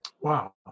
Wow